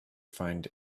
find